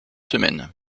semaine